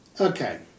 Okay